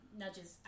nudges